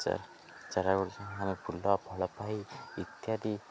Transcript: ଚ ଚାରା ଗୁଡ଼ିକ ଆମେ ଫୁଲ ଫଳ ପାଇ ଇତ୍ୟାଦି